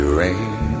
rain